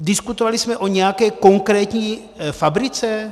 Diskutovali jsme o nějaké konkrétní fabrice?